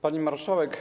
Pani Marszałek!